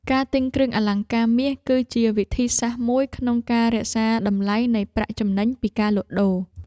ការទិញគ្រឿងអលង្ការមាស គឺជាវិធីសាស្ត្រមួយក្នុងការរក្សាតម្លៃនៃប្រាក់ចំណេញពីការលក់ដូរ។